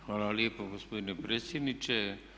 Hvala lijepo gospodine predsjedniče.